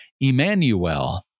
Emmanuel